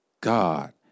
God